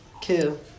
kill